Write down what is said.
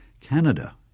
Canada